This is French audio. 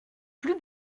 plus